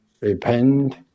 repent